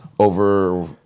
Over